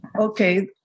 Okay